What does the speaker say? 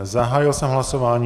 Zahájil jsem hlasování.